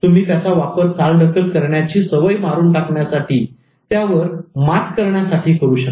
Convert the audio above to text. तुम्ही त्याचा वापर चालढकल करण्याची सवय मारून टाकण्यासाठी त्यावर मात करण्यासाठी करू शकता